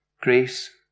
Grace